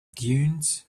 dunes